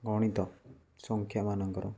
ଗଣିତ ସଂଖ୍ୟାମାନଙ୍କର